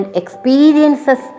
experiences